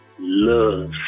Love